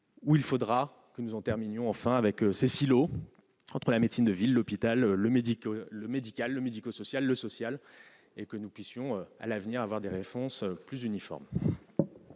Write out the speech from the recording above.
Il faudra que nous en terminions enfin avec ces silos entre la médecine de ville, l'hôpital, le secteur médico-social et le social, et que nous puissions à l'avenir avoir des réponses plus uniformes.